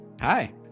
Hi